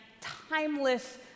timeless